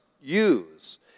use